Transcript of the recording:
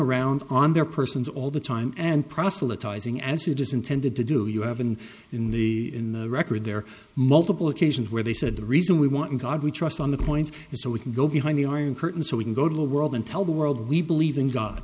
around on their persons all the time and proselytizing as it is intended to do you haven't in the in the record there are multiple occasions where they said the reason we want in god we trust on the coins is so we can go behind the iron curtain so we can go to the world and tell the world we believe in god